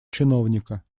чиновника